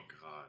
God